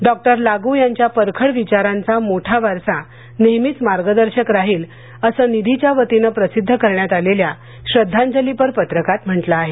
doctor Lagu यांच्या परखड विचारांचा मोठा वारसा नेहमीच मार्गदर्शक राहील असं निधीच्या वतीने प्रसिद्ध करण्यात आलेल्या श्रद्वांजलीपर पत्रकात म्हंटल आहे